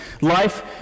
life